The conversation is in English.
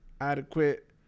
adequate